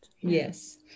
Yes